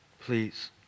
please